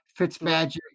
Fitzmagic